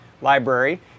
library